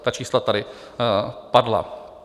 Ta čísla tady padla.